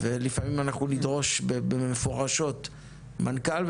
ולפעמים אנחנו נדרוש במפורשות מנכ"ל,